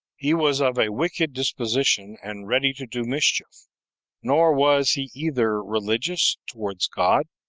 he was of a wicked disposition, and ready to do mischief nor was he either religious towards god,